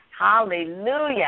Hallelujah